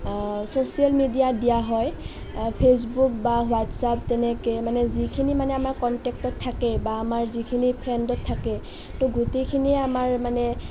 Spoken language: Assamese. চ'চিয়েল মিডিয়াত দিয়া হয় ফেচবুক বা হোৱাটছাপ তেনেকৈ মানে যিখিনি মানে আমাৰ কণ্টেকত থাকে বা আমাৰ যিখিনি ফ্ৰেণ্ডত থাকে ত' গোটেইখিনি আমাৰ মানে